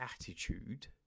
attitude